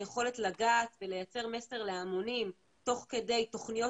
היכולת לגעת ולייצר מסר להמונים תוך כדי תוכניות